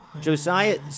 Josiah